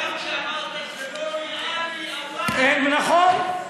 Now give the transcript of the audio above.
גם כשאמרת "זה לא נראה לי", אמרת "אבל, נכון.